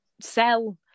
sell